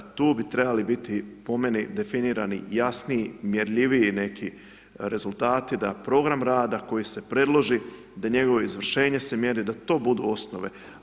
Tu bi trebali biti, po meni, definirani jasniji, mjerljiviji neki rezultati, da program rada koji se predloži, da njegovo izvršenje se mjeri, da to budu osnove.